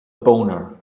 boner